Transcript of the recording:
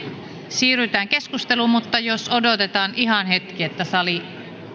siirrytään keskusteluun mutta odotetaan ihan hetki että sali